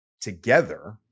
together